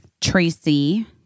Tracy